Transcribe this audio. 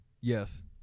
Yes